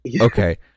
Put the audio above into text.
okay